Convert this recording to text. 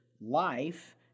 life